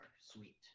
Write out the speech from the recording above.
Sweet